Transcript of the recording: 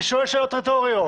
אני שואל שאלות רטוריות.